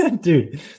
Dude